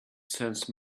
sense